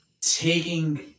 taking